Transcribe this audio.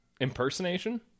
Impersonation